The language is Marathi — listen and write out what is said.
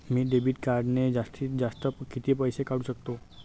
मी डेबिट कार्डने जास्तीत जास्त किती पैसे काढू शकतो?